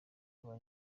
aba